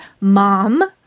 mom